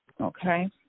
Okay